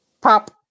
pop